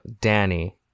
Danny